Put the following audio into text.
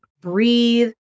breathe